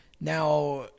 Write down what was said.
Now –